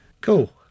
Cool